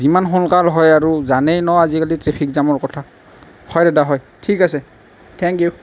যিমান সোনকাল হয় আৰু জানেই ন আজিকালি ট্ৰেফিক জামৰ কথা হয় দাদা হয় ঠিক আছে থেংক ইউ